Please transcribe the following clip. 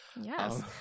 Yes